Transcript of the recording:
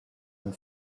and